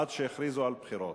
עד שהכריזו על בחירות.